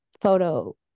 photo